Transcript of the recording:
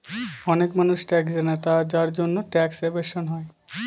অনেক মানুষ ট্যাক্স দেয়না যার জন্যে ট্যাক্স এভাসন হয়